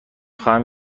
خواهم